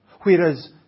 Whereas